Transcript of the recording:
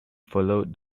followed